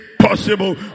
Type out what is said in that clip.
possible